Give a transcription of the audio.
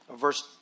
verse